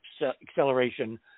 acceleration